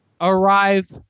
Arrive